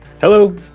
Hello